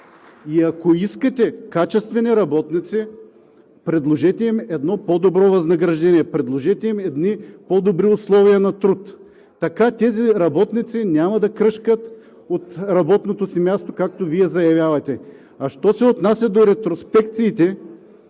Ако искате качествени работници, предложете им едно по-добро възнаграждение, предложете им едни по-добри условия на труд. Така тези работници няма да кръшкат от работното си място, както Вие заявявате. А що се отнася до ретроспекциите,